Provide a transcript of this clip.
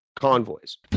convoys